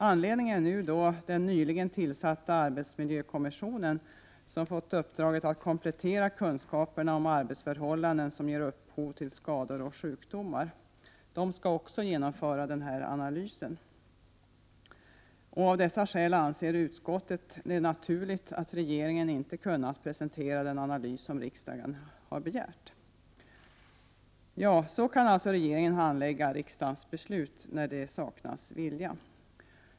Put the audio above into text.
Anledningen är den nyligen tillsatta arbetsmiljökommissionen, som fått uppdraget att komplettera kunskaperna om arbetsförhållanden som ger upphov till skador och sjukdomar. Den skall genomföra även den här analysen. Av dessa skäl anser utskottet det naturligt att regeringen inte har kunnat presentera den analys som riksdagen har begärt. Så kan alltså regeringen handlägga riksdagens beslut när det saknas vilja.